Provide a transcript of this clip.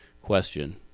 question